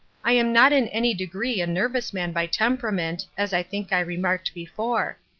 i am not in any degree a nervous man by temperament, as i think i remarked before,